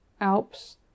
Alps